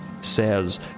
says